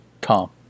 Tom